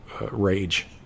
rage